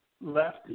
left